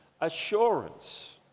assurance